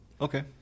Okay